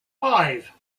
five